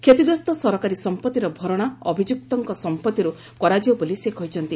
କ୍ଷତିଗ୍ରସ୍ତ ସରକାରୀ ସମ୍ପତ୍ତିର ଭରଣା ଅଭିଯୁକ୍ତଙ୍କ ସମ୍ପତ୍ତିରୁ କରାଯିବ ବୋଲି ସେ କହିଛନ୍ତି